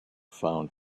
found